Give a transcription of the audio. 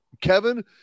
kevin